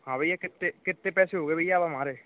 हाँ भैया कितने कितने पैसे हो गये भैया अब हमारे